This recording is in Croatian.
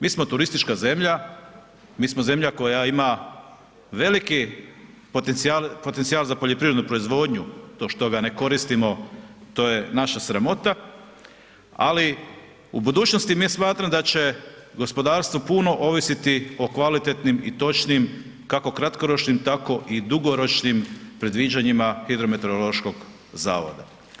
Mi smo turistička zemlja, mi smo zemlja koja ima veliki potencijal za poljoprivrednu proizvodnju, to što ga ne koristimo, to je naša sramota, ali u budućnosti … [[Govornik se ne razumije]] smatram da će gospodarstvo puno ovisiti o kvalitetnim i točnim, kako kratkoročnim, tako i dugoročnim predviđanjima hidrometeorološkog zavoda.